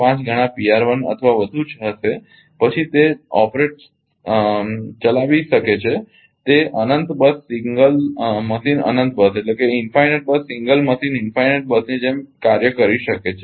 5 ગણા અથવા વધુ હશે પછી તે ચલાવી શકે છે તે અનંત બસ સિંગલ મશીન અનંત બસની જેમ કાર્ય કરી શકે છે